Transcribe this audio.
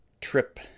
trip